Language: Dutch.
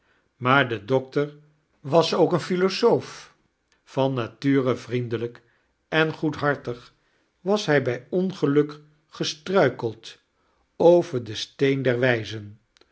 maar de doctor was ook een philosoof van nature vriendelijk en goedhartig was hij bij ongeluk gestrudkeld over den steen der wijzen